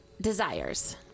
Desires